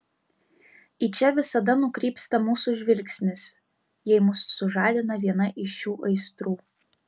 į čia visada nukrypsta mūsų žvilgsnis jei mus sužadina viena iš šių aistrų